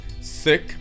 sick